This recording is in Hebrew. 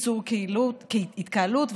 איסור התקהלות,